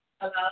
Hello